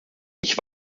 ich